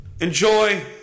Enjoy